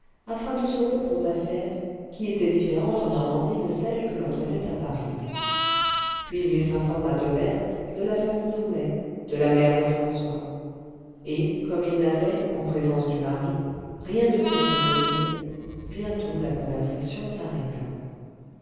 afin de se rompre aux affaires qui étaient différentes en normandie de celles que l'on traitait à paris puis il s'informa de berthe de la famille homais de la mère lefrançois et comme ils n'avaient en présence du mari rien de plus à se dire bientôt la conversation s'arrêta